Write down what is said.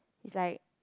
is like